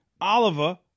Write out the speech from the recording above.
Oliver